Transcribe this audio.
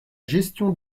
gestion